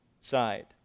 side